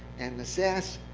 and the sas